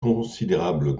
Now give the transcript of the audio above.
considérables